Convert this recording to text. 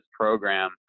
program